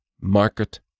market